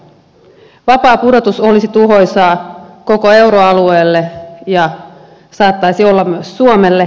vapaa pudotus olisi tuhoisaa koko euroalueelle ja saattaisi olla myös suomelle